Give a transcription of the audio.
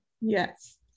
Yes